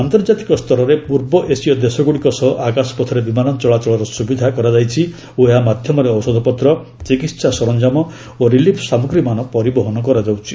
ଆନ୍ତର୍ଜାତିକ ସ୍ତରରେ ପୂର୍ବ ଏସୀୟ ଦେଶଗ୍ରଡ଼ିକ ସହ ଆକାଶପଥରେ ବିମାନ ଚଳାଚଳର ସ୍ରବିଧା କରାଯାଇଛି ଓ ଏହା ମାଧ୍ୟମରେ ଔଷଧପତ୍ର ଚିକିତ୍ସା ସରଞ୍ଜାମ ଓ ରିଲିଫ୍ ସାମଗ୍ରୀମାନ ପରିବହନ କରାଯାଉଛି